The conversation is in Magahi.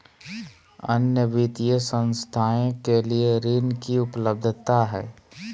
अन्य वित्तीय संस्थाएं के लिए ऋण की उपलब्धता है?